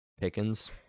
Pickens